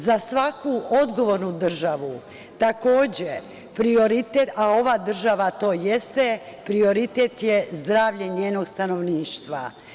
Za svaku odgovornu državu takođe prioritet, a ova država to jeste, prioritet je zdravlje njenog stanovništva.